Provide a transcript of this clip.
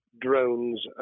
drones